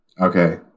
Okay